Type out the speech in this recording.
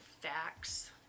facts